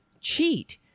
cheat